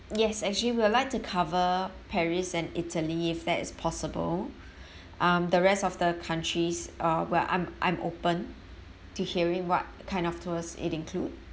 yes actually we'll like to cover paris and italy if that is possible um the rest of the countries uh where I'm I'm open to hearing what kind of tours it include